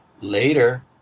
Later